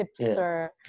hipster